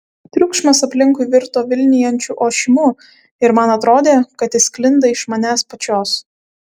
triukšmas aplinkui virto vilnijančiu ošimu ir man atrodė kad jis sklinda iš manęs pačios